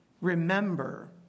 remember